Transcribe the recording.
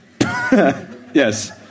yes